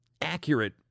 accurate